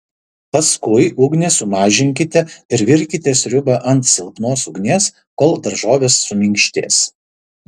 paskui ugnį sumažinkite ir virkite sriubą ant silpnos ugnies kol daržovės suminkštės